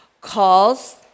calls